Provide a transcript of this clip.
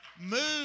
Move